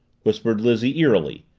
whispered lizzie eerily,